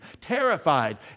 Terrified